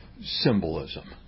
symbolism